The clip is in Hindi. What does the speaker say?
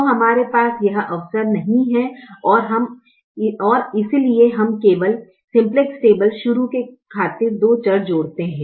तो हमारे पास वह अवसर नहीं है और इसलिए हम केवल सिम्प्लेक्स टेबल शुरू के खातिर दो चर जोड़ते हैं